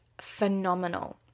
phenomenal